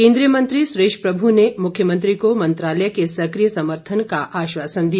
केंद्रीय मंत्री सुरेश प्रभू ने मुख्यमंत्री को मंत्रालय के सक्रिय समर्थन का आश्वासन दिया